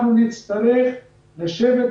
אנחנו נצטרך לשבת,